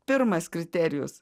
pirmas kriterijus